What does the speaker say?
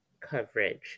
coverage